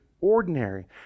ordinary